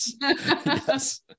Yes